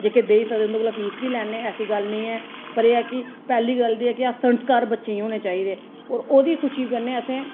जेह्के देई सकदे उंदे कोला फीस बी लैन्नें ऐसी गल्ल नीं ऐ पर एह् ऐ कि पैह्ली गल्ल ते एह् कि संस्कार बच्चें गी होने चाहिदे ओह्दी खुशी कन्नै असें